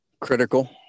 Critical